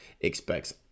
Expects